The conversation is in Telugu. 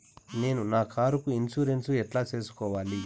నేను నా కారుకు ఇన్సూరెన్సు ఎట్లా సేసుకోవాలి